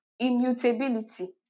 immutability